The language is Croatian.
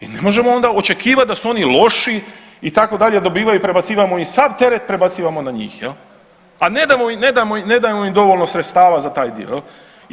I ne možemo onda očekivati da su oni loši itd., dobivaju i prebacivamo im, sav teret prebacivamo na njih jel, a ne damo im dovoljno sredstava za taj dio jel.